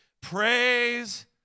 Praise